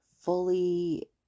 Fully